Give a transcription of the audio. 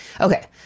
okay